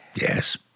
Yes